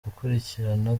gukurikirana